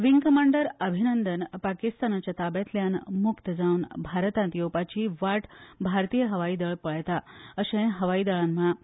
wing commander Abhinandan पाकिस्तानाच्या ताब्यांतल्यान मुक्त जावन भारतांत येवपाची वाट भारतीय हवाय दळ पळयता अशें हवाय दळान म्हळां